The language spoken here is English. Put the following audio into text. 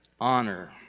honor